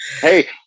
Hey